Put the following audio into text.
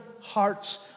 hearts